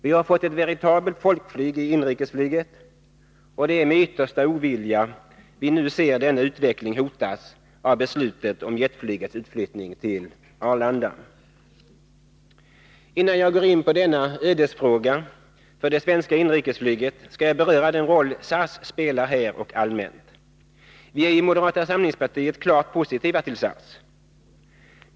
Vi har fått ett veritabelt folkflyg i inrikesflyget, och det är med yttersta ovilja vi nu ser denna utveckling hotas av beslutet om jetflygets utflyttning till Arlanda. Innan jag går in på denna ödesfråga för det svenska inrikesflyget skall jag beröra den roll SAS spelar här och allmänt. Vi är i moderata samlingspartiet klart positiva till SAS.